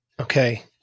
Okay